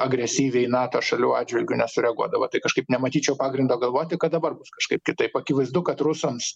agresyviai nato šalių atžvilgiu nesureaguodavo tai kažkaip nematyčiau pagrindo galvoti kad dabar bus kažkaip kitaip akivaizdu kad rusams